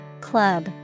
club